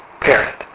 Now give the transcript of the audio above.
parent